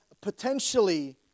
potentially